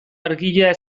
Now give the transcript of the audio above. argia